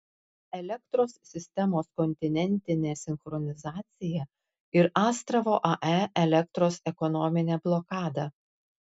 elektros sistemos kontinentinė sinchronizacija ir astravo ae elektros ekonominė blokada